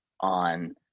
on